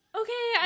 okay